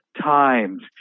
times